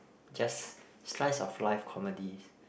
just Slice of Life comedies